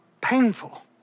painful